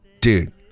Dude